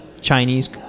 Chinese